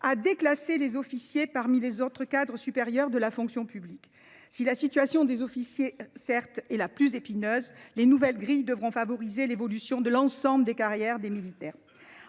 a déclassé les officiers parmi les cadres supérieurs de la fonction publique. Si la situation des officiers est la plus épineuse, les nouvelles grilles devront favoriser l’évolution de l’ensemble des carrières des militaires.